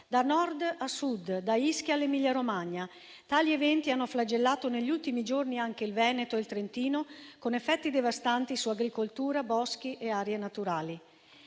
da Nord a Sud, da Ischia all'Emilia-Romagna. Tali eventi hanno flagellato, negli ultimi giorni, anche il Veneto e il Trentino, con effetti devastanti su agricoltura, boschi e aree naturali.